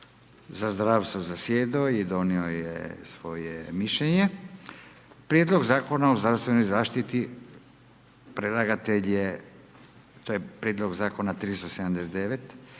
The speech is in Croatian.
za zdravstvo zasjedao i donio je svoje mišljenje. - Prijedlog Zakona o zdravstvenoj zaštiti Prvo čitanje, P.Z.E. br. 379